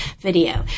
video